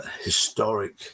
historic